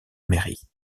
mairie